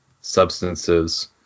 substances